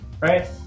Right